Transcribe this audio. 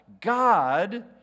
God